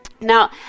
Now